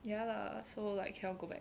ya lah so like cannot go back